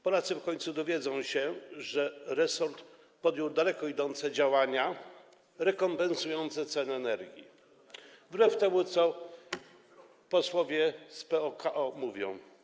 Polacy w końcu dowiedzą się, że resort podjął daleko idące działania rekompensujące wzrost cen energii wbrew temu, co posłowie z PO-KO mówią.